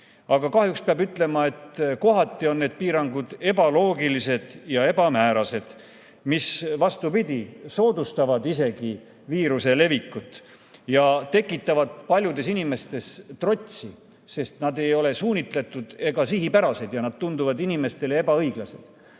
Aga kahjuks peab ütlema, et kohati on need piirangud ebaloogilised ja ebamäärased ning isegi soodustavad viiruse levikut ja tekitavad paljudes inimestes trotsi, sest need ei ole suunitletud ega sihipärased. Need tunduvad inimestele ebaõiglased.